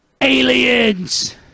Aliens